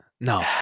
No